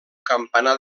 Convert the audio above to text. campanar